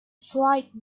flight